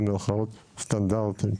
במירכאות, סטנדרטיים,